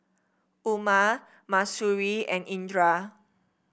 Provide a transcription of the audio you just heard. Umar Mahsuri and Indra